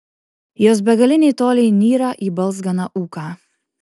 jos begaliniai toliai nyra į balzganą ūką